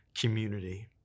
community